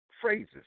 phrases